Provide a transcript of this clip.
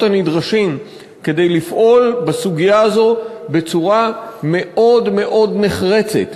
הנדרשים כדי לפעול בסוגיה הזאת בצורה מאוד מאוד נחרצת.